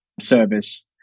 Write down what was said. service